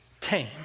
tame